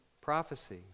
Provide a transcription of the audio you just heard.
prophecy